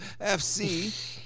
FC